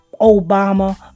Obama